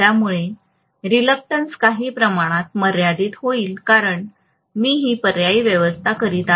त्यामुळे अनिच्छुकता काही प्रमाणात मर्यादित होईल कारण मी ही पर्यायी व्यवस्था करीत आहे